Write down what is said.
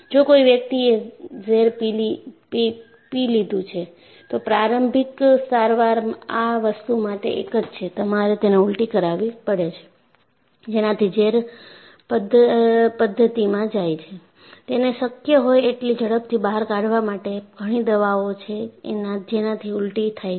જો કોઈ વ્યક્તિ એ ઝેર પી લે છે તો પ્રાથમિક સારવાર આ વસ્તુ માટે એક જ છે તમારે તેને ઉલટી કરાવી પડે છે જેનાથી ઝેર પદ્ધતિમાં જાય છે તેને શક્ય હોય એટલી ઝડપથી બહાર કાઢવા માટે ઘણી દવાઓ છે જેનાથી ઉલટી થાય છે